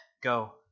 go